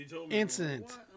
incident